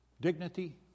Dignity